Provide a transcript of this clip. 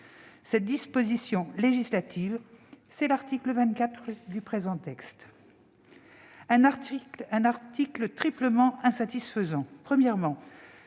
Cette disposition législative, c'est l'article 24 du présent projet de loi, qui est triplement insatisfaisant. Premièrement,